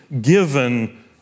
given